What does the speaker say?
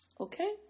okay